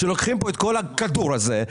שלוקחים פה את כל הכדור הזה,